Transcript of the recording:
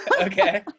Okay